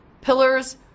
pillars